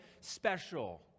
special